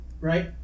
right